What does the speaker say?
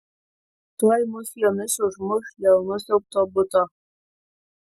tuoj mus jomis užmuš dėl nusiaubto buto